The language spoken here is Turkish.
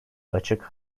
açık